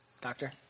Doctor